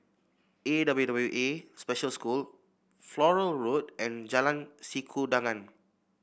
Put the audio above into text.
A W W A Special School Flora Road and Jalan Sikudangan